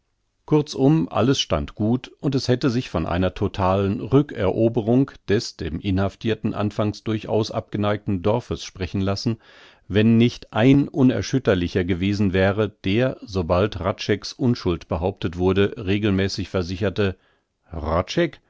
kurzum alles stand gut und es hätte sich von einer totalen rückeroberung des dem inhaftirten anfangs durchaus abgeneigten dorfes sprechen lassen wenn nicht ein unerschütterlicher gewesen wäre der sobald hradscheck's unschuld behauptet wurde regelmäßig versicherte